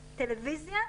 הטלוויזיה,